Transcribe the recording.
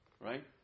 right